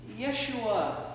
Yeshua